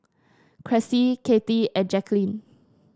Cressie Kathy and Jaqueline